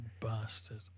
bastard